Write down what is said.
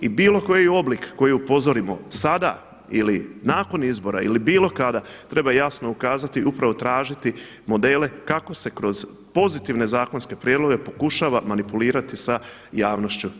I bilo koji oblik koji upozorimo sada ili nakon izbora ili bilo kada treba jasno ukazati, upravo tražiti modele kako se kroz pozitivne zakonske prijedloge pokušava manipulirati sa javnošću.